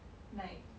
like